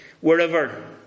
wherever